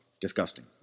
Disgusting